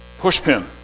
pushpin